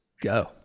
go